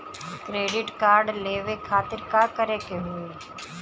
Credit card लेवे खातिर का करे के होई?